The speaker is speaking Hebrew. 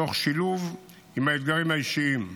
תוך שילוב עם האתגרים האישיים,